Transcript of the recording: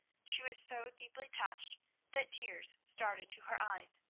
she was so deeply touched that tears started to her eyes.